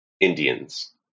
Indians